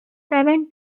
seven